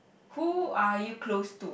who are you close to